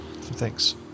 thanks